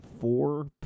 four